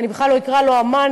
אני בכלל לא אקרא לו אמן,